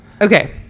Okay